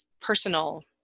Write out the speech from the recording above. personal